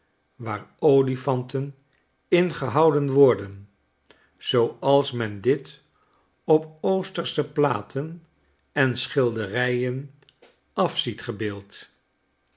waar olifanten in gehouden worden zooals men dit op oostersche platen en schilderijen